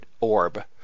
orb